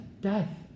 death